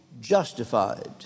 justified